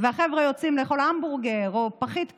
והחבר'ה יוצאים לאכול המבורגר או פחית קולה,